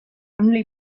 only